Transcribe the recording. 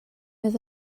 oedd